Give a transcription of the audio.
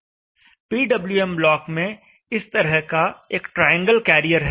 PWM block में इस तरह का एक ट्रायंगल कैरियर है